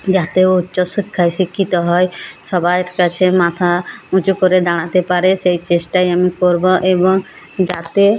যাতে ও উচ্চশিক্ষায় শিক্ষিত হয় সবার কাছে মাথা উঁচু করে দাঁড়াতে পারে সেই চেষ্টাই আমি করবো এবং যাতে